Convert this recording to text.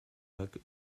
lac